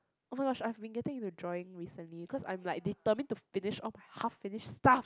oh-my-gosh I have been getting into drawing recently cause I'm like determined to finish off half finished stuff